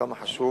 כמה חשוב